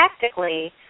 tactically